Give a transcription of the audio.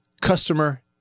customer